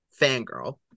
fangirl